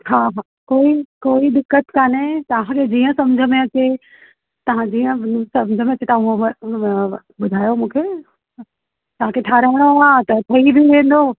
हा हा कोई कोई दिकत कोन्हे तव्हांखे जीअं सम्झि में अचे तव्हां जीअं सम्झि में अचे उअ उअ ॿुधायो मूंखे तव्हांखे ठहाराइणो आहे त ठही बि वेंदो